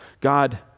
God